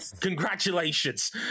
Congratulations